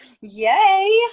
Yay